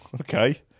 okay